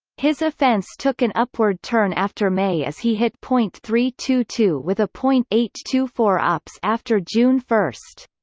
his offense took an upward turn after may as he hit point three two two with a point eight two four ops after june one.